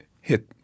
hit